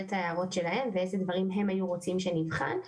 את ההערות שלהם ואיזה דברים הם היו רוצים שנבחן.